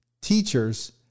teachers